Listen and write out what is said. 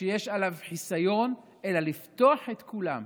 שיש עליו חיסיון, אלא לפתוח את כולם,